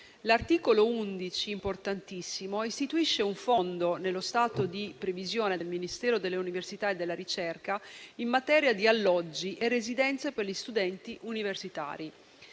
L'articolo 11, importantissimo, istituisce un fondo nello stato di previsione del Ministero dell'università e della ricerca in materia di alloggi e residenze per gli studenti universitari.